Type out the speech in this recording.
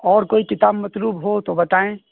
اور کوئی کتاب مطلوب ہو تو بتائیں